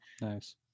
Nice